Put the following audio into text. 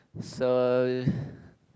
so